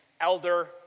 elder